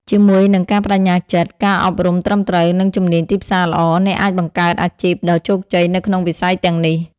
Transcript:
ជាមួយនឹងការប្តេជ្ញាចិត្ត ការអប់រំត្រឹមត្រូវ និងជំនាញទីផ្សារល្អ អ្នកអាចបង្កើតអាជីពដ៏ជោគជ័យនៅក្នុងវិស័យទាំងនេះ។